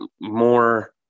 more